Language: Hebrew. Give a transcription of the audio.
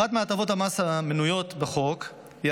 אחת מהטבות המס המנויות בחוק היא